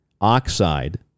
oxide